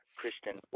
christian